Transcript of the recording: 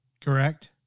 Correct